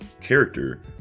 character